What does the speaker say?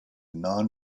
non